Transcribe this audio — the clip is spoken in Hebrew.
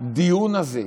שהדיון הזה,